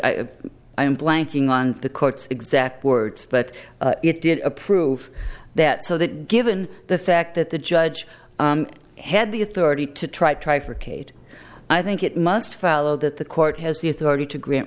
i i'm blanking on the court's exact words but it did approve that so that given the fact that the judge had the authority to try try for kate i think it must follow that the court has the authority to grant